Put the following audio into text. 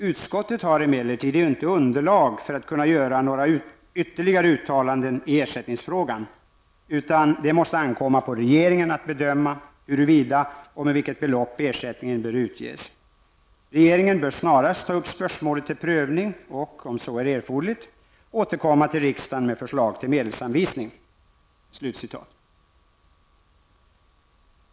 Utskottet har emellertid inte underlag för att kunna göra några ytterligare uttalanden i ersättningsfrågan utan det måste ankomma på regeringen att bedöma huruvida och med vilket belopp ersättning bör utges. Regeringen bör snarast ta upp spörsmålet till prövning och -- om så är erforderligt -- återkomma till riksdagen med förslag till medelsanvisning.''